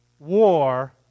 War